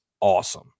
awesome